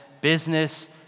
business